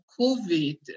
COVID